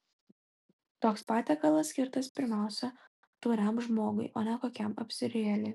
toks patiekalas skirtas pirmiausia tauriam žmogui o ne kokiam apsirijėliui